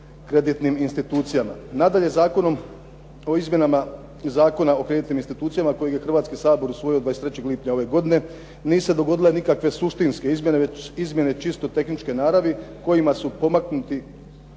kreditnim institucijama. Nadalje, Zakonom o izmjenama Zakona o kreditnim institucijama kojega je Hrvatski sabor usvojio 23. lipnja ove godine nisu se dogodile nikakve suštinske izmjene već izmjene čisto tehničke naravi kojima su pomaknuti